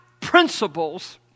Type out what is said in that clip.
principles